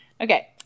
okay